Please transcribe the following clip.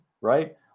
right